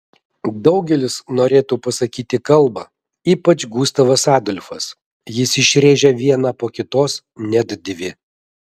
daugelis norėtų pasakyti kalbą ypač gustavas adolfas jis išrėžia vieną po kitos net dvi